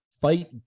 Fight